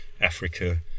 Africa